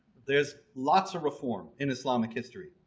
there's lots of reform in islamic history.